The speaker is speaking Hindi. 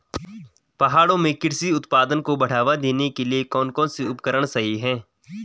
पहाड़ों में कृषि उत्पादन को बढ़ावा देने के लिए कौन कौन से उपकरण सही हैं?